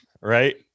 Right